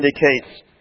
indicates